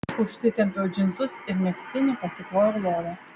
užsitempiau džinsus ir megztinį pasiklojau lovą